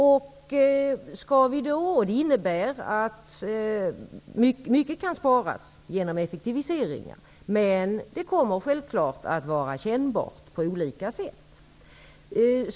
Mycket pengar kan sparas med hjälp av effektiviseringar. Men det här kommer självklart att vara kännbart på olika sätt.